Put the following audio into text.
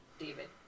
David